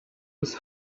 his